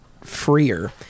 freer